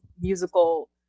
musical